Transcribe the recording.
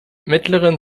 mittleren